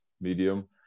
medium